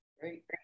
Great